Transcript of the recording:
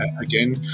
Again